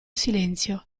silenzio